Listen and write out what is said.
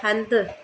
हंधु